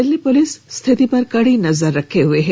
Delhi police स्थिति पर कड़ी नजर रखे हए है